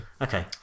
okay